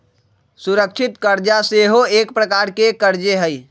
सुरक्षित करजा सेहो एक प्रकार के करजे हइ